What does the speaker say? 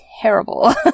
terrible